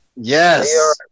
Yes